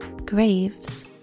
Graves